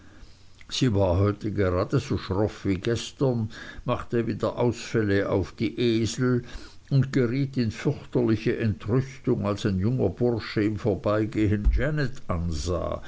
sie war heute gerade so schroff wie gestern machte wieder die ausfälle auf die esel und geriet in fürchterliche entrüstung als ein junger bursche im vorbeigehen janet ansah